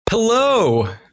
Hello